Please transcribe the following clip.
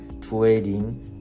trading